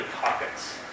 pockets